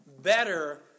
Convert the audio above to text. better